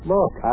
Look